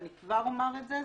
אני כבר אומר את זה,